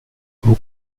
vous